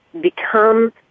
become